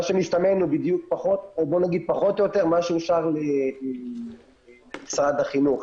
מה שמסתמן הוא פחות או יותר מה שאושר למשרד החינוך.